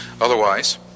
Otherwise